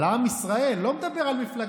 על עם ישראל, לא מדבר על מפלגה.